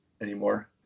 anymore